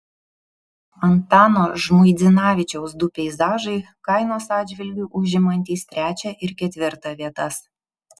antano žmuidzinavičiaus du peizažai kainos atžvilgiu užimantys trečią ir ketvirtą vietas